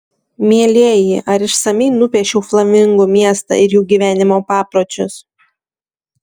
mielieji ar išsamiai nupiešiau flamingų miestą ir jų gyvenimo papročius